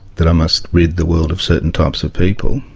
that i must rid the world of certain types of people,